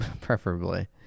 Preferably